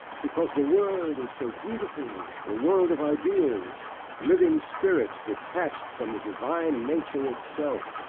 because the world is so beautiful the world of ideas living spirits, detached from the divine nature itself,